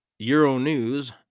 Euronews